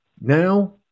Now